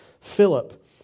Philip